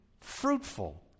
fruitful